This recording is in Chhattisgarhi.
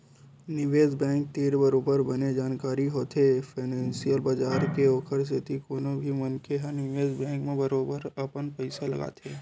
निवेस बेंक तीर बरोबर बने जानकारी होथे फानेंसियल बजार के ओखर सेती कोनो भी मनखे ह निवेस बेंक म बरोबर अपन पइसा लगाथे